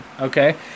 okay